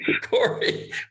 Corey